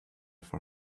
for